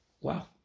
Wow